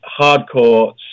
hardcore